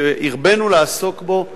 שהרבינו לעסוק בו,